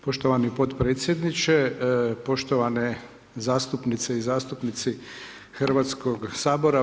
Poštovani potpredsjedniče, poštovane zastupnice i zastupnici HS-a.